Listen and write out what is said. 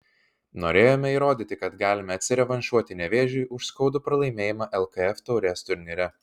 norėjome įrodyti kad galime atsirevanšuoti nevėžiui už skaudų pralaimėjimą lkf taurės turnyre